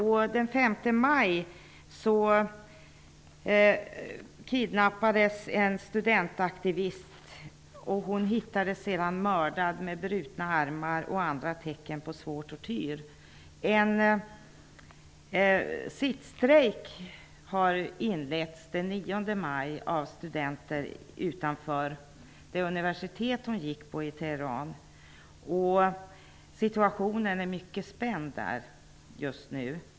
Den 5 maj kidnappades en studentaktivist som sedan hittades mördad med brutna armar och andra tecken på svår tortyr. Den 9 maj inleddes en sittstrejk av studenter utanför det universitet hon studerade vid i Teheran. Situationen där är mycket spänd just nu.